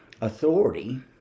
authority